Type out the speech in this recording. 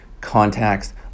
contacts